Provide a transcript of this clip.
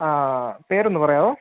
ആ പേരൊന്ന് പറയാവോ